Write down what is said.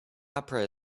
opera